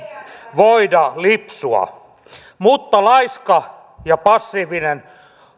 voida lipsua mutta laiska ja passiivinen